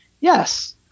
Yes